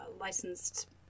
licensed